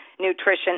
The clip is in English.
nutrition